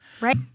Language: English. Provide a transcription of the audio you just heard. Right